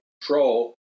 control